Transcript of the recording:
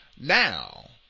Now